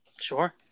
Sure